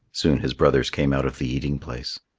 soon his brothers came out of the eating-place.